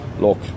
look